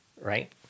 right